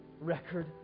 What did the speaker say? record